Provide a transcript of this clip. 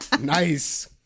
Nice